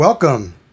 Welcome